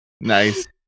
nice